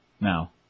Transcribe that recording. Now